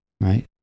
right